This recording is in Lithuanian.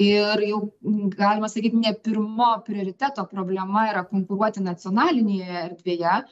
ir jau galima sakyt ne pirmo prioriteto problema yra konkuruoti nacionalinėje erdvėje